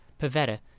Pavetta